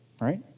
right